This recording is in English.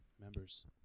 members